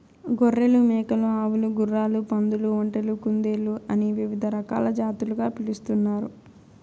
గొర్రెలు, మేకలు, ఆవులు, గుర్రాలు, పందులు, ఒంటెలు, కుందేళ్ళు అని వివిధ రకాల జాతులుగా పిలుస్తున్నారు